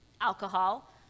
alcohol